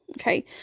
okay